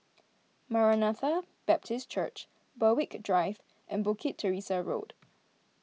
Maranatha Baptist Church Berwick Drive and Bukit Teresa Road